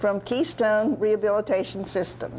from keystone rehabilitation system